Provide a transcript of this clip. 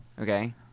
Okay